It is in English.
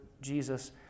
Jesus